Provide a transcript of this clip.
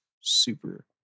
super